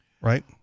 Right